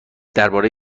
درباره